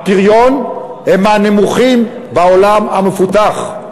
הפריון, הם מהנמוכים בעולם המפותח.